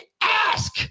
ask